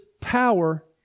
power